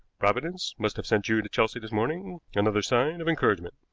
providence must have sent you to chelsea this morning another sign of encouragement.